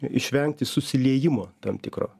išvengti susiliejimo tam tikro